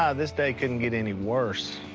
ah this day couldn't get any worse.